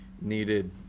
needed